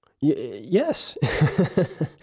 Yes